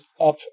up